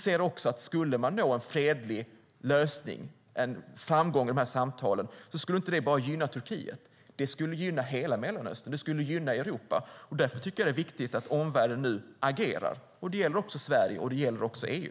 Om man skulle nå en fredlig lösning och en framgång i samtalen skulle det inte bara gynna Turkiet utan hela Mellanöstern. Det skulle gynna Europa. Därför tycker jag att det är viktigt att omvärlden nu agerar. Det gäller också Sverige, och det gäller också EU.